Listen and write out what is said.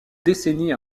décennies